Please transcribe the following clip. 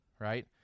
Right